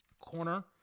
corner